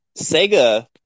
Sega